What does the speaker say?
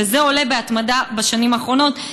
וזה עולה בהתמדה בשנים האחרונות,